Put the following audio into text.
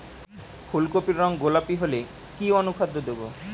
ফুল কপির রং গোলাপী হলে কি অনুখাদ্য দেবো?